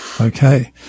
Okay